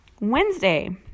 Wednesday